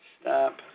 stop